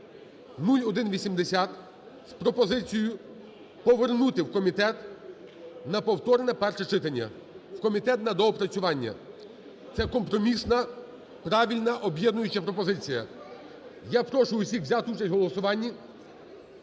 (0180) з пропозицією повернути в комітет на повторне перше читання, в комітет на доопрацювання. Це компромісна, правильна, об'єднуюча пропозиція. Я прошу усіх взяти участь в голосуванні.